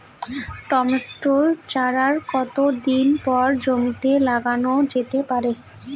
Tomato চারা কতো দিন পরে জমিতে লাগানো যেতে পারে?